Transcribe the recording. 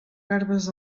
garbes